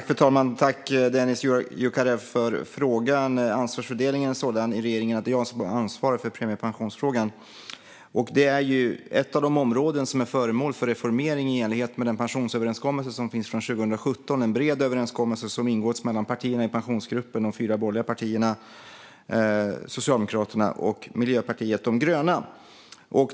Fru talman! Tack, Dennis Dioukarev, för frågan! Ansvarsfördelningen i regeringen är sådan att det är jag som svarar för frågor om premiepensionen. Det är ett av de områden som är föremål för reformering i enlighet med den pensionsöverenskommelse som finns från 2017. Det är en bred överenskommelse som ingåtts med partierna i Pensionsgruppen, det vill säga de fyra borgerliga partierna, Socialdemokraterna och Miljöpartiet de gröna.